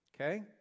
Okay